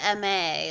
MA